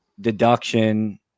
deduction